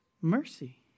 mercy